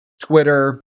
Twitter